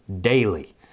daily